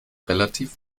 relativ